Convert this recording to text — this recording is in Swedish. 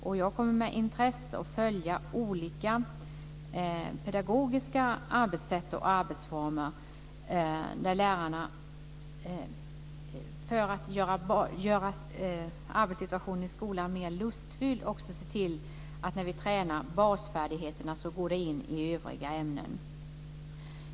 Jag kommer med intresse att följa olika pedagogiska arbetssätt och arbetsformer där lärarna för att göra arbetssituationen i skolan mer lustfylld ser till att låta träningen av basfärdigheterna ingå i övriga ämnen.